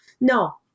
No